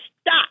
stop